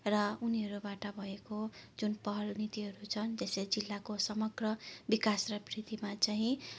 र उनीहरूबाट भएको जुन पहल नीतिहरू छन् जस्तै जिल्लाको समग्र विकास र वृद्धिमा चाहिँ